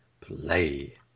play